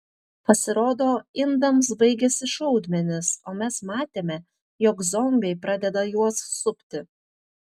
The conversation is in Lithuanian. pasirodo indams baigėsi šaudmenys o mes matėme jog zombiai pradeda juos supti